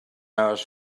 hours